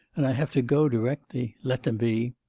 and i have to go directly. let them be.